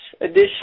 edition